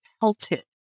pelted